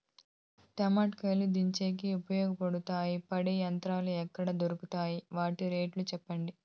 టెంకాయలు దించేకి ఉపయోగపడతాయి పడే యంత్రాలు ఎక్కడ దొరుకుతాయి? వాటి రేట్లు చెప్పండి?